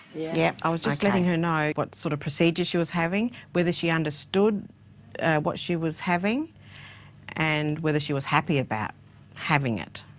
yep. i was just letting her know what sort of procedure she was having, whether she understood what she was having and whether she was happy about having it.